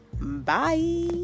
bye